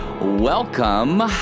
Welcome